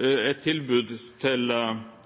et tilbud om medietrening for kommersielle aktører. I forkant tilbyr man altså medietrening til